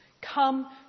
come